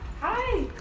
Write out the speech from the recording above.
hi